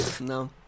No